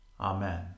Amen